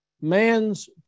man's